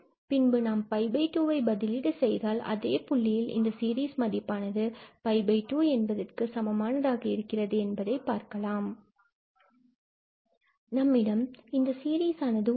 மற்றும் பின்பு நாம் 𝜋2ஐ பதிலீடு செய்தால் அதே புள்ளியில் இந்த சீரீஸ் மதிப்பானது 𝜋2 என்பதற்கு சமமானதாக இருக்கிறது என்பதை பார்க்கலாம் நம்மிடம் இந்த சீரிஸ் ஆனது உள்ளது